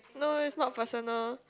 no no is not personal